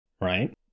Right